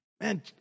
Man